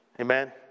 Amen